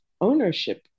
ownership